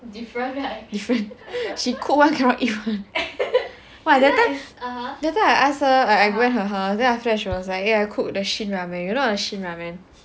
different she cook [one] cannot eat [one] !wah! that time that time I ask her I went her house then after that she was like eh I cook the Shin ramen you know the Shin ramen